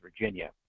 Virginia